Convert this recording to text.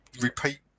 repeat